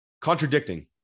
contradicting